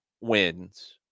wins